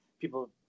people